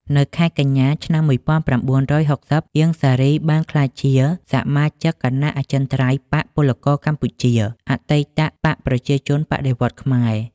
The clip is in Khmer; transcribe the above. នៅខែកញ្ញា ឆ្នាំ១៩៦០ អៀង សារី បានក្លាយជាសមាជិកគណៈអចិន្ត្រៃយ៍បក្សពលករកម្ពុជា អតីតបក្សប្រជាជនបដិវត្តន៍ខ្មែរ។